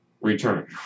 return